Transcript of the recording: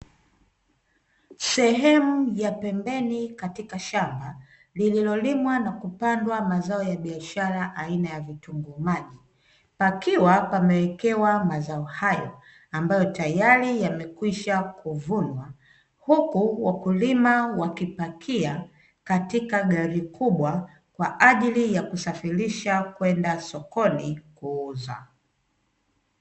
Sehemu ya pembeni katika shamba lililolimwa na kupandwa mazao ya biashara aina ya vitunguu maji, pakiwa pamewekewa mazao hayo ambayo tayari yamekwisha kuvunwa, huku wakulima wakipakia katika gari kubwa, kwa ajili ya kusafirisha kwenda sokoni kuuzwa.